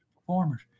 performers